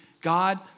God